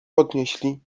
podnieśli